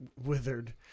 withered